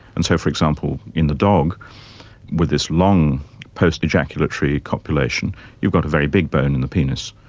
and so, for example, in the dog with this long post-ejaculatory copulation you've got a very big bone in the penis,